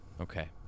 Okay